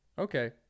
Okay